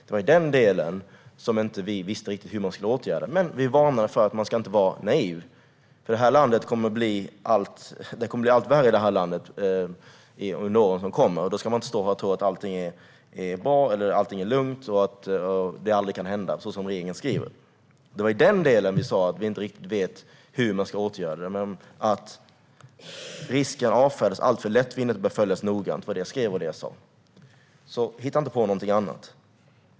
Det var den delen vi inte riktigt visste hur man skulle åtgärda. Men vi varnar och säger att man inte ska vara naiv, för det kommer att bli allt värre i detta land under kommande år. Då ska man inte tro att allt är bra och lugnt och att det aldrig kan hända, så som regeringen skriver. Det är i den delen vi säger att vi inte riktigt vet hur man ska åtgärda det. Att risken avfärdas alltför lättvindigt och bör följas noga var det jag skrev och sa, så hitta inte på något annat.